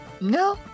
no